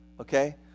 Okay